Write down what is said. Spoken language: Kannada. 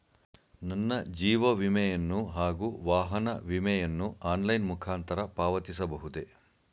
ನನ್ನ ಜೀವ ವಿಮೆಯನ್ನು ಹಾಗೂ ವಾಹನ ವಿಮೆಯನ್ನು ಆನ್ಲೈನ್ ಮುಖಾಂತರ ಪಾವತಿಸಬಹುದೇ?